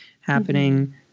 happening